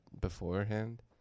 beforehand